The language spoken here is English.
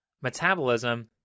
Metabolism